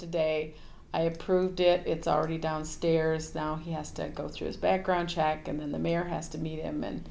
today i approved it it's already down stairs down he has to go through his background check and then the mayor has to meet him and